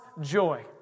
joy